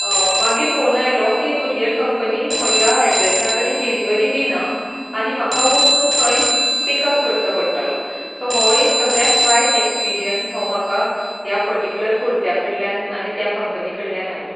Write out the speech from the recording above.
मागीर फोन आयलो की कुरियर कंपनी म्हज्या एड्रेसा कडेन डिलीवरी दिना आनी म्हाका वचून थंय पीक अप करचो पडटलो सो हो एक सगळ्यांत वायट एक्सपिरियंस हो म्हाका ह्या पर्टिकुलर कुर्त्या कडल्यान आनी त्या कंपनी कडल्यान आयलो